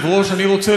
למען הסדר,